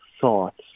thoughts